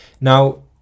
Now